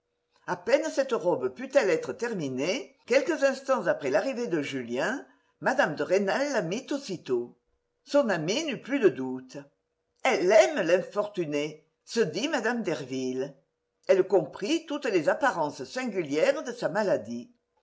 a peine cette robe put-elle être terminée quelques instants après l'arrivée de julien mme de rênal la mit aussitôt son amie n'eut plus de doutes elle aime l'infortunée se dit mme derville elle comprit toutes les apparences singulières de sa maladie